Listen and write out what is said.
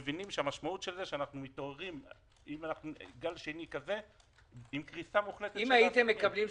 המשמעות של זה שאנחנו מתעוררים בגל שני כזה עם קריסה מוחלטת של העסקים.